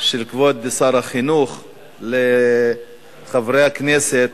של כבוד שר החינוך לחברי הכנסת,